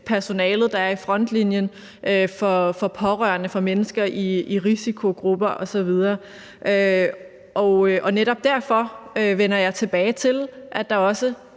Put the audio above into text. personalet, der er i frontlinjen, for pårørende, for mennesker i risikogrupper osv. Det er netop derfor, at jeg vender tilbage til, at der også